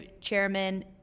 chairman